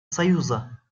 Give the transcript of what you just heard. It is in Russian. союза